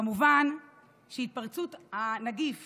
כמובן שהתפרצות הנגיף